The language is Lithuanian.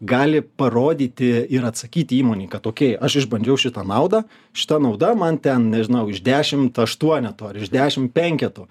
gali parodyti ir atsakyti įmonei kad okey aš išbandžiau šitą naudą šita nauda man ten nežinau iš dešimt aštuoneto ar iš dešimt penketo